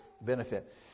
benefit